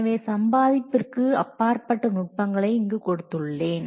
எனவே சம்பாதிப்பிற்கு அப்பாற்பட்ட நுட்பங்களை இங்கு கொடுத்துள்ளேன்